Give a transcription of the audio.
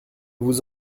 vous